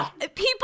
people